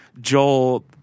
Joel